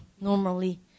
normally